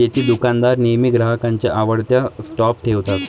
देतेदुकानदार नेहमी ग्राहकांच्या आवडत्या स्टॉप ठेवतात